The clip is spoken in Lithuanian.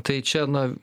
tai čia na